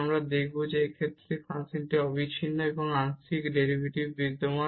আমরা দেখাব যে এই ক্ষেত্রে ফাংশনটি অবিচ্ছিন্ন এবং আংশিক ডেরিভেটিভস বিদ্যমান